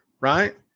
right